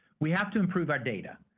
we have to improve our data.